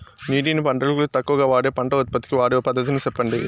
నీటిని పంటలకు తక్కువగా వాడే పంట ఉత్పత్తికి వాడే పద్ధతిని సెప్పండి?